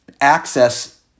access